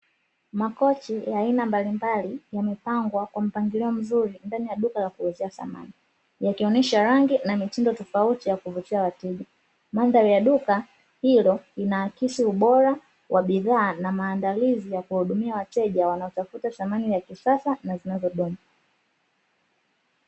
Makochi ya aina mbalimbali yamepangwa kwa mpangilio mzuri ndani ya duka la kuuzia samani. Yakionyesha rangi na mitindo tofauti ya kuvutia wateja. Mandhari ya duka hilo linaasisi ubora wa bidhaa na maandalizi ya kuhudumia wateja, wanaotafuta samani za kisasa na zinazodumu.